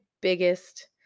biggest